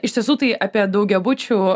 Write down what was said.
iš tiesų tai apie daugiabučių